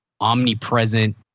omnipresent